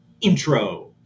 intro